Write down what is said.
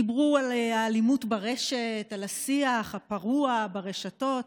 דיברו על האלימות ברשת, על השיח הפרוע ברשתות.